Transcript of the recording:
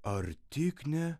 ar tik ne